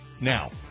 Now